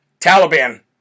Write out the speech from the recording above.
Taliban